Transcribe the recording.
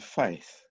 faith